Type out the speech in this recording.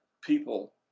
people